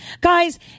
guys